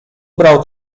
brał